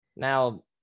Now